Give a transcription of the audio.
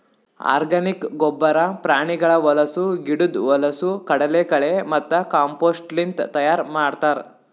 organic ಗೊಬ್ಬರ ಪ್ರಾಣಿಗಳ ಹೊಲಸು, ಗಿಡುದ್ ಹೊಲಸು, ಕಡಲಕಳೆ ಮತ್ತ ಕಾಂಪೋಸ್ಟ್ಲಿಂತ್ ತೈಯಾರ್ ಮಾಡ್ತರ್